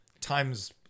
times